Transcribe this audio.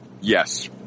Yes